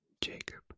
Jacob